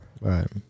Right